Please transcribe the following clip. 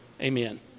Amen